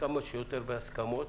כמה שיותר בהסכמות.